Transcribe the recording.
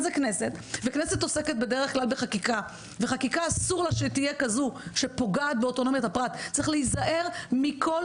זה הקטע שהם הגיעו להודו ופה הם מתחילים טראק מסוים.